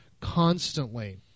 constantly